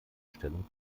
stellung